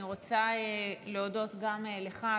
אני רוצה להודות גם לך,